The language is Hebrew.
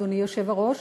אדוני היושב-ראש,